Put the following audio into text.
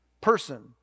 person